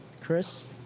Chris